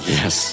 Yes